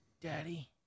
Daddy